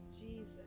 Jesus